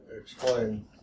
explain